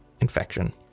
infection